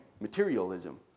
materialism